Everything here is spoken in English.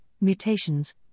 mutations